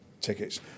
tickets